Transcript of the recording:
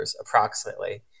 approximately